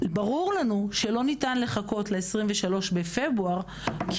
ברור לנו שלא ניתן לחכות ל-23 בפברואר כי